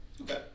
okay